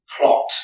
plot